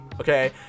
Okay